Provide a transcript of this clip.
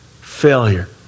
Failure